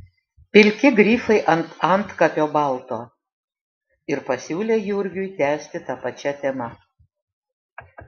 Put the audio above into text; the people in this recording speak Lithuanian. pilki grifai ant antkapio balto ir pasiūlė jurgiui tęsti ta pačia tema